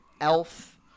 elf